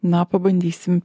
na pabandysim